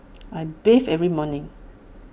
I bathe every morning